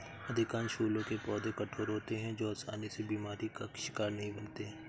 अधिकांश फूलों के पौधे कठोर होते हैं जो आसानी से बीमारी का शिकार नहीं बनते